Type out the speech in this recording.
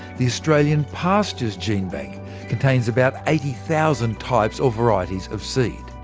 the australianpastures genebank contains about eighty thousand types or varieties of seed.